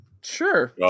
Sure